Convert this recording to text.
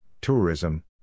tourism